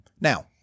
Now